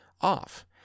off